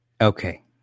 Okay